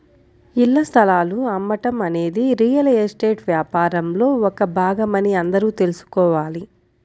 ఇళ్ల స్థలాలు అమ్మటం అనేది రియల్ ఎస్టేట్ వ్యాపారంలో ఒక భాగమని అందరూ తెల్సుకోవాలి